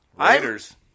Raiders